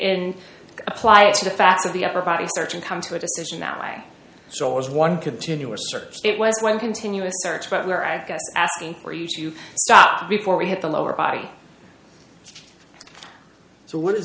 and apply it to the facts of the upper body search and come to a decision that i saw as one continuous search it was one continuous search but where i guess asking for you to stop before we hit the lower body so what is